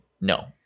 No